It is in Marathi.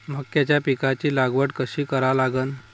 मक्याच्या पिकाची लागवड कशी करा लागन?